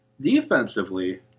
Defensively